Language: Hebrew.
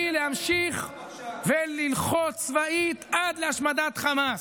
להמשיך וללחוץ צבאית עד להשמדת חמאס.